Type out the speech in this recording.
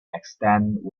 extend